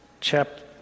chapter